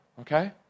Okay